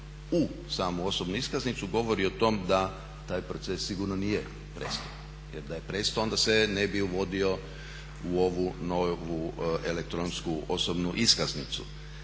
u samu osobnu iskaznicu govori o tome da taj proces sigurno nije prestao jer da je prestao onda se ne bi uvodio u ovu novu elektronsku osobnu iskaznicu.